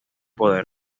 poder